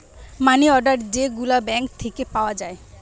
মানি order যে গুলা bank থিকে পাওয়া যায়